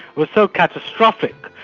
was so catastrophic,